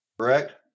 Correct